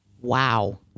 Wow